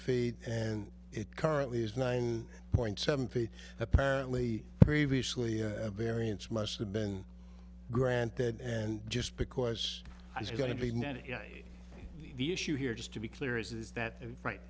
feet and it currently is nine point seven feet apparently previously variance must have been granted and just because i was going to be ninety the issue here just to be clear is that right